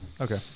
okay